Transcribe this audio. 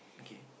okay